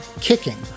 kicking